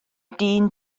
dyn